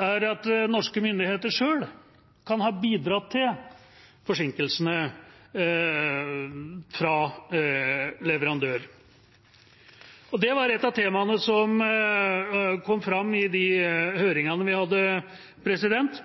er at norske myndigheter selv kan ha bidratt til forsinkelsene fra leverandør. Det var et av temaene som kom fram i de høringene vi hadde.